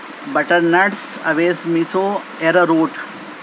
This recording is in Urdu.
بٹر نٹس اویس میسو ایراروٹ